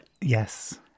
yes